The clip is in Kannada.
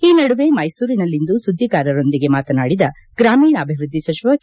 ಈ ನಡುವೆ ಮೈಸೂರಿನಲ್ಲಿಂದು ಸುದ್ದಿಗಾರರೊಂದಿಗೆ ಮಾತನಾಡಿದ ಗ್ರಾಮೀಣಾಭಿವೃದ್ದಿ ಸಚಿವ ಕೆ